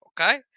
okay